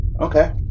Okay